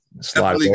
slide